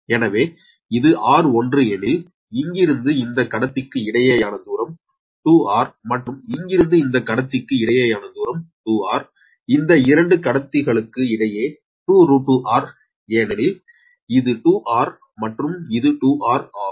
எனவே இது r1 எனில் இங்கிருந்து இந்த கடத்திக்கு இடையேயான தூரம் 2r மற்றும் இங்கிருந்து இந்த கடத்திக்கு இடையேயான தூரம் 2r இந்த இரண்டு கடத்திகளுக்கு இடையே 2√2 r ஏனெனில் இது 2r மற்றும் இது 2r ஆகும்